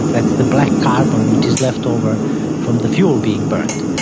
that's the black carbon which is left over from the fuel being burnt,